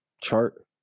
chart